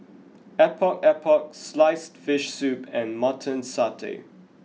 Epok Epok sliced fish soup and mutton Satay